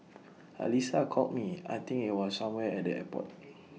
Alyssa called me I think IT was somewhere at the airport